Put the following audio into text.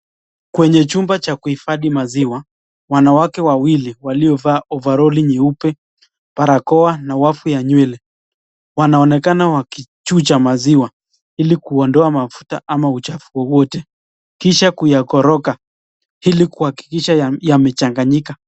Kwenye chumba cha kuifadhi maziwa, wanawake wawili waliovaa ovaroli nyeupe, barakoa, na wafu ya nywele, wanaonekana wakichuja maziwa ili kuondoa mafuta ama uchafu wowote, kisha kuyakoroga, ili kuhakikisha yamechanganyika.